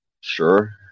sure